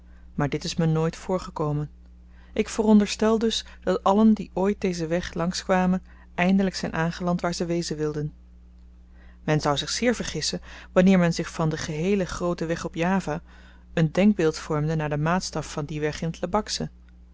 maar dit is me nooit voorgekomen ik veronderstel dus dat allen die ooit dezen weg langs kwamen eindelyk zyn aangeland waar ze wezen wilden men zou zich zeer vergissen wanneer men zich van den geheelen grooten weg op java een denkbeeld vormde naar den maatstaf van dien weg in t